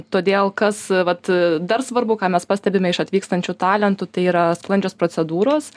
todėl kas vat dar svarbu ką mes pastebime iš atvykstančių talentų tai yra sklandžios procedūros